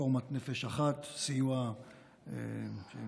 רפורמת נפש אחת, שמתבצע